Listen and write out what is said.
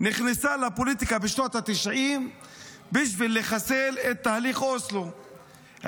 נכנסה לפוליטיקה בשנות התשעים בשביל לחסל את תהליך אוסלו,